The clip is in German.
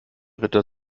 ritter